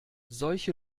solche